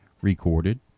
recorded